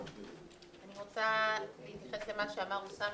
אני רוצה להתייחס למה שאמר אוסאמה.